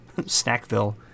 Snackville